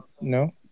No